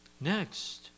Next